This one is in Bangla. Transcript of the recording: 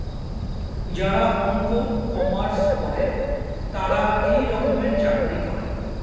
যারা অঙ্ক, কমার্স পরে তারা এই রকমের চাকরি করে